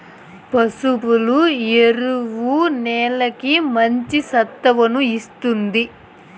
పశువుల ఎరువు నేలకి మంచి సత్తువను ఇస్తుంది